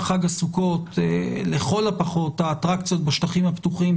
חג הסוכות לכל הפחות האטרקציות בשטחים הפתוחים,